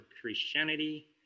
Christianity